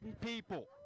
people